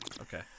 Okay